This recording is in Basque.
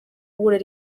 gure